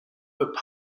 with